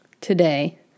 today